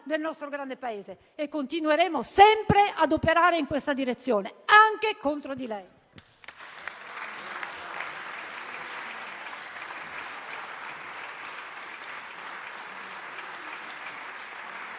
del nostro grande Paese e continueremo sempre ad operare in questa direzione, anche contro di lei